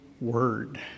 word